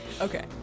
Okay